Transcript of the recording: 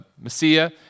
Messiah